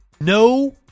No